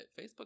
Facebook